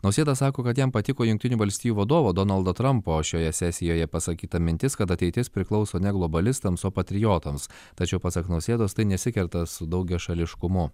nausėda sako kad jam patiko jungtinių valstijų vadovo donaldo trampo šioje sesijoje pasakyta mintis kad ateitis priklauso ne globalistams o patriotams tačiau pasak nausėdos tai nesikerta su daugiašališkumu